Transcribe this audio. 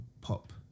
pop